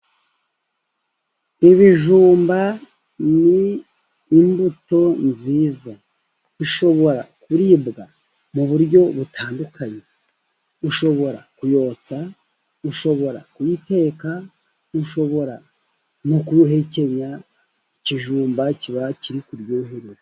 Ibijumba ni imbuto nziza, ishobora kuribwa mu buryo butandukanye. Ushobora kubyotsa, ushobora kubiiteka, ushobora no kuruhekenya ikijumba kiba kiri kuryoherera.